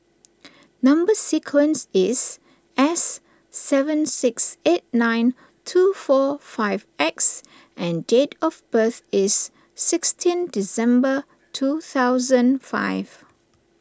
Number Sequence is S seven six eight nine two four five X and date of birth is sixteen December two thousand five